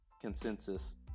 consensus